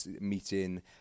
meeting